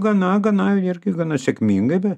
gana gana irgi gana sėkmingai be